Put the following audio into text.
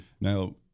Now